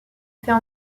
fait